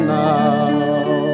now